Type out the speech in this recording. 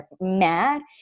mad